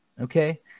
Okay